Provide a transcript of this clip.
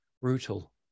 brutal